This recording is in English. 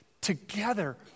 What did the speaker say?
Together